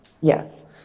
Yes